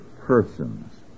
persons